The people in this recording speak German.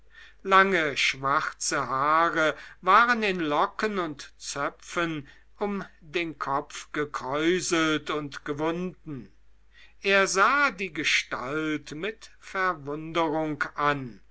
lange schwarze haare waren in locken und zöpfen um den kopf gekräuselt und gewunden er sah die gestalt mit verwunderung an